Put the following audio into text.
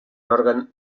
òrgan